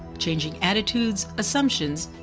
changing attitudes, assumptions,